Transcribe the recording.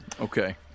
Okay